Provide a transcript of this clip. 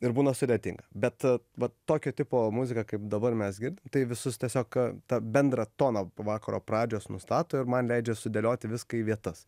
ir būna sudėtinga bet vat tokio tipo muzika kaip dabar mes girdim tai visus tiesiog tą bendrą toną po vakaro pradžios nustato ir man leidžia sudėlioti viską į vietas